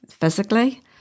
physically